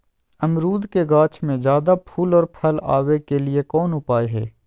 अमरूद के गाछ में ज्यादा फुल और फल आबे के लिए कौन उपाय है?